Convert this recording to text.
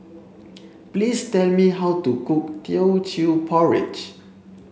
please tell me how to cook teochew porridge